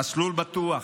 "מסלול בטוח"